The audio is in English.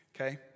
okay